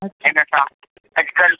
अच्छ हिन सां अॼकल्ह